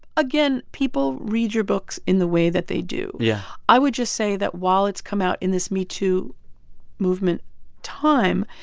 again, people read your books in the way that they do yeah i would just say that while it's come out in this me too movement time,